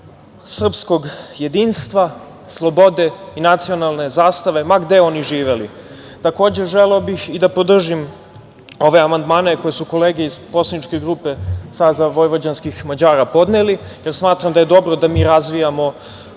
srpskog jedinstva, slobode i nacionalne zastave, ma gde oni živeli. Takođe, želeo bih i da podržim ove amandmane koje su kolege iz poslaničke grupe Saveza vojvođanskih Mađara podneli, jer smatram da je dobro da mi razvijamo